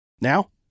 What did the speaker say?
Now